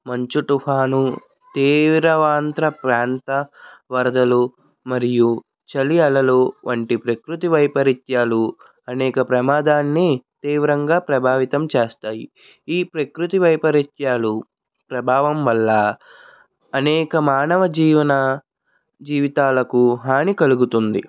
మంచు తుఫాను తీవ్ర ఆంధ్రప్రాంత వరదలు మరియు చలి అలలు వంటి ప్రకృతి వైపరీత్యాలు అనేక ప్రమాదాన్ని తీవ్రంగా ప్రభావితం చేస్తాయి ఈ ప్రకృతి వైపరీత్యాలు ప్రభావం వల్ల అనేక మానవజీవన జీవితాలకు హాని కలుగుతుంది